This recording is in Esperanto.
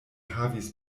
havis